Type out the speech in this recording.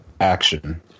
action